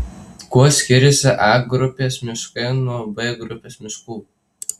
kuo skiriasi a grupės miškai nuo b grupės miškų